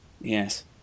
Yes